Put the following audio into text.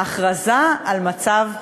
ההכרזה על מצב חירום.